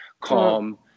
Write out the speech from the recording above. calm